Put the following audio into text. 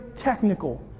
technical